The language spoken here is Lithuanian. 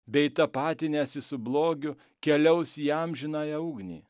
bei tapatinęsi su blogiu keliaus į amžinąją ugnį